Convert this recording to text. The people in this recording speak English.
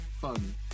Fun